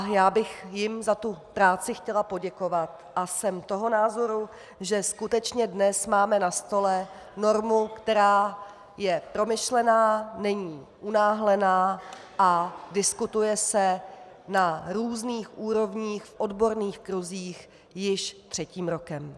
Já bych jim za tu práci chtěla poděkovat a jsem toho názoru, že skutečně dnes máme na stole normu, která je promyšlená, není unáhlená a diskutuje se na různých úrovních v odborných kruzích již třetím rokem.